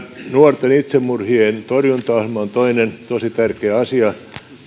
nuorten itsemurhien torjuntaohjelma on toinen tosi tärkeä